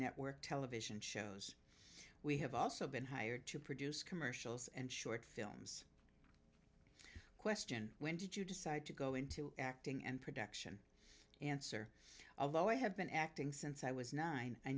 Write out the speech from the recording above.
network television shows we have also been hired to produce commercials and short films question when did you decide to go into acting and production answer although i have been acting since i was nine